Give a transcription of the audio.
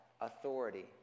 authority